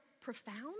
profound